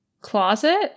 closet